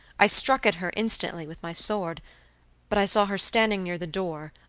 i struck at her instantly with my sword but i saw her standing near the door,